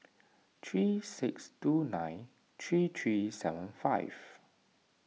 three six two nine three three seven five